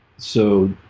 so